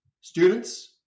students